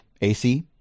AC